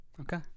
Okay